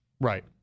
Right